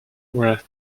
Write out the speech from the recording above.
were